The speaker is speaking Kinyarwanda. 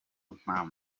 mpamvu